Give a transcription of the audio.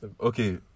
okay